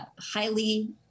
highly